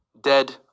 dead